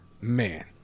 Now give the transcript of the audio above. man